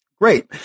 Great